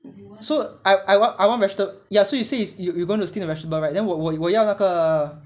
so I I want I want veg~ vegetable s~ so you you're going to steam the vegetable right then 我我我要那个